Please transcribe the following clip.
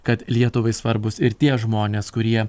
kad lietuvai svarbūs ir tie žmonės kurie